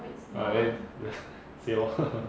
ah then suay lor